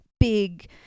big